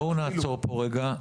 בוא נעצור פה רגע,